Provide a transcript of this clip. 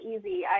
easy